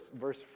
verse